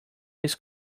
his